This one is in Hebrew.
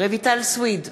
רויטל סויד,